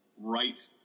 right